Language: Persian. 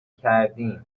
کردیم